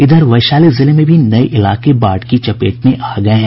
इधर वैशाली जिले में भी कई नये इलाके बाढ़ की चपेट में आ गये हैं